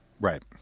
Right